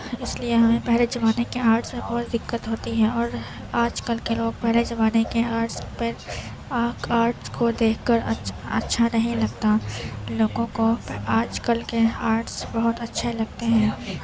اس لیے ہمیں پہلے زمانے کے آرٹس میں بہت دقت ہوتی ہے اور آج کل کے لوگ پہلے زمانے کے آرٹس پر آرٹس کو دیکھ کر اچھا نہیں لگتا لوگوں کو آج کل کے آرٹس بہت اچھے لگتے ہیں